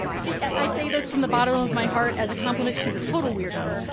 she i say this from the bottom of my heart as a compliment. she's a total weirdo